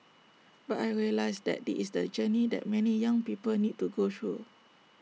but I realised that this is the journey that many young people need to go through